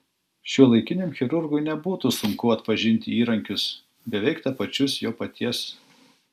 šiuolaikiniam chirurgui nebūtų sunku atpažinti įrankius beveik tapačius jo paties